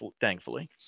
thankfully